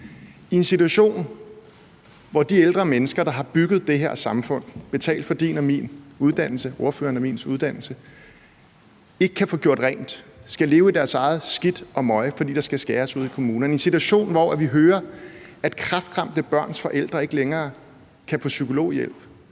I en situation, hvor de ældre mennesker, der har bygget det her samfund og betalt for ordførerens og min uddannelse, ikke kan få gjort rent og skal leve i deres eget skidt og møg, fordi der skal skæres ned ude i kommunerne, og i en situation, hvor vi hører, at kræftramte børns forældre ikke længere kan få psykologhjælp,